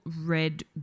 red